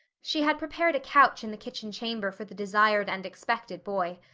she had prepared a couch in the kitchen chamber for the desired and expected boy.